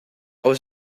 was